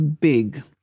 big